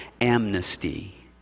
amnesty